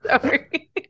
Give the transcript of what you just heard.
Sorry